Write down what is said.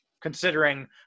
considering